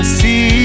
see